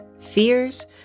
fears